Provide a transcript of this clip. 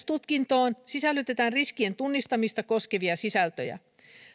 tutkintoon sisällytetään myös riskien tunnistamista koskevia sisältöjä